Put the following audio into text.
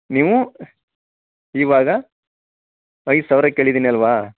ನೀವು ಇವಾಗ ಐದು ಸಾವಿರ ಕೇಳಿದೀನಿ ಅಲ್ಲವಾ